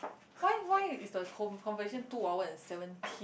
why why is the con~ conversation two hour and seventeen